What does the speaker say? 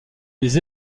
les